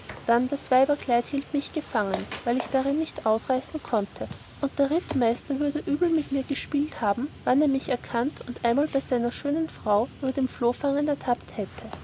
dann das weiberkleid hielt mich gefangen weil ich darin nicht ausreißen konnte und der rittmeister würde übel mit mir gespielet haben wann er mich erkannt und einmal bei seiner schönen frau über dem flöhfangen ertappt hätte